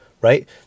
right